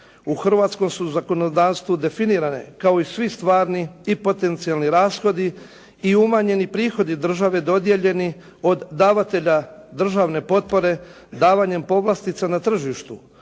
U hrvatskom su zakonodavstvu definirane kao i svi stvarni i potencijalni rashodi i umanjeni prihodi države dodijeljeni od davatelja državne potpore davanjem povlastica na tržištu